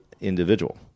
individual